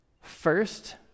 first